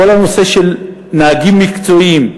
כל הנושא של נהגים מקצועיים,